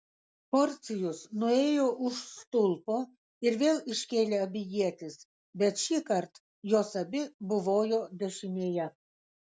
porcijus nuėjo už stulpo ir vėl iškėlė abi ietis bet šįkart jos abi buvojo dešinėje